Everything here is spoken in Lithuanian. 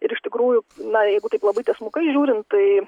ir iš tikrųjų na jeigu taip labai tiesmukai žiūrint tai